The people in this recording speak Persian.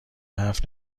حرف